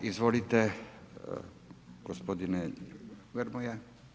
Izvolite, gospodine Grmoja.